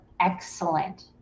excellent